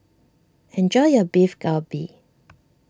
enjoy your Beef Galbi